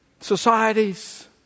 societies